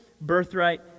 birthright